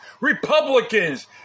Republicans